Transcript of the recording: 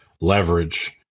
leverage